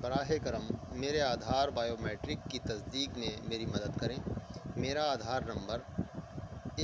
براہِ کرم میرے آدھار بائیو میٹرک کی تصدیق میں میری مدد کریں میرا آدھار نمبر